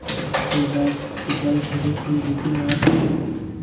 जोरदार सिफ़ारिश नहीं की लेकिन आप